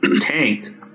tanked